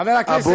חבר הכנסת.